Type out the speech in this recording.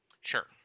Sure